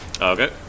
Okay